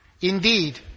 Indeed